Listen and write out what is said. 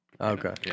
Okay